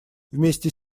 вместе